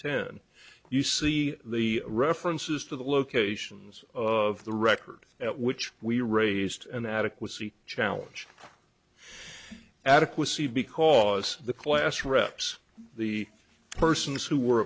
ten you see the references to the locations of the record at which we raised an adequacy challenge adequacy because the class reps the persons who were